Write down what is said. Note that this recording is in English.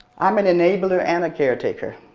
i'm an enabler and a caretaker.